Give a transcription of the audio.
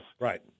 Right